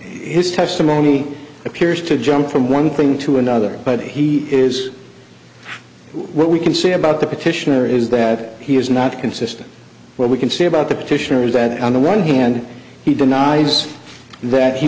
his testimony appears to jump from one thing to another but he is what we can say about the petitioner is that he is not consistent where we can say about the petitioner is that on the one hand he denies that he